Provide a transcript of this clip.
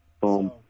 Boom